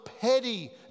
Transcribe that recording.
petty